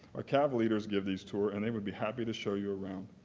ah cav leaders give these tours and they would be happy to show you around.